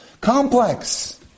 complex